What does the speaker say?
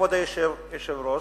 כבוד היושב-ראש,